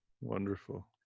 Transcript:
Wonderful